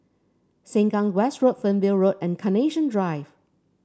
Sengkang West Road Fernvale Road and Carnation Drive